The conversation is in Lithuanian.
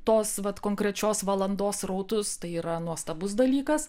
tos vat konkrečios valandos srautus tai yra nuostabus dalykas